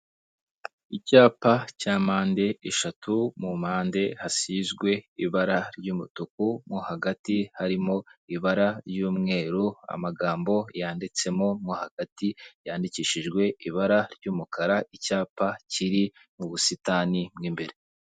Icyapa cya mpande eshatu, mu mpande hasizwe ibara ry'umutuku, mo hagati harimo ibara ry'umweru, amagambo yanditsemo, mo hagati yandikishijwe ibara ry'umukara, icyapa kiri mu busitani mo imbere.